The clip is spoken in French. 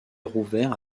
rouvert